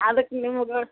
ಅದಕ್ಕೆ ನಿಮ್ಗೆ